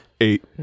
Eight